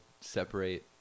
separate